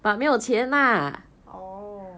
orh